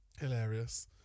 Hilarious